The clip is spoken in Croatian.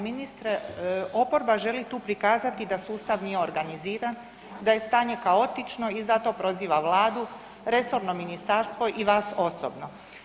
Poštovani ministre, oporba želi tu prikazati da sustav nije organiziran, da je stanje kaotično i zato proziva Vladu, resorno ministarstvo i vas osobno.